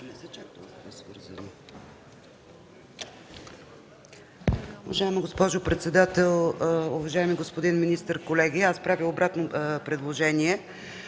(ГЕРБ): Госпожо председател, уважаеми господин министър, колеги! Аз правя обратно предложение